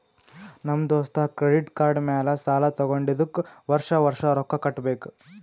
ನಮ್ ದೋಸ್ತ credit card ಮ್ಯಾಲ ಸಾಲಾ ತಗೊಂಡಿದುಕ್ ವರ್ಷ ವರ್ಷ ರೊಕ್ಕಾ ಕಟ್ಟಬೇಕ್